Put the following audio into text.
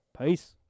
peace